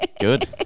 Good